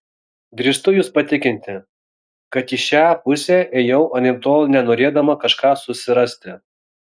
drįstu jus patikinti kad į šią pusę ėjau anaiptol ne norėdama kažką susirasti